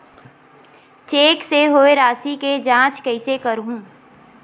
Cheque से होए राशि के जांच कइसे करहु?